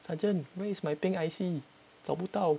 sergeant where is my pink I_C 找不到